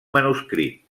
manuscrit